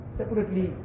separately